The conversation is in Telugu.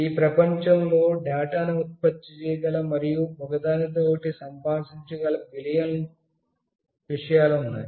ఈ ప్రపంచంలో డేటాను ఉత్పత్తి చేయగల మరియు ఒకదానితో ఒకటి సంభాషించగల బిలియన్ల విషయాలు ఉన్నాయి